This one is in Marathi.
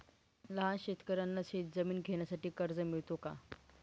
लहान शेतकऱ्यांना शेतजमीन घेण्यासाठी कर्ज मिळतो का?